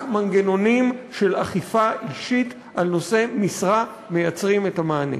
מנגנונים של אכיפה אישית על נושא משרה מייצרים את המענה.